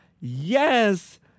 Yes